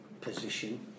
position